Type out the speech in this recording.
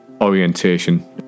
orientation